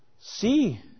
See